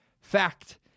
fact